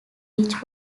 which